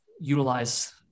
utilize